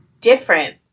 different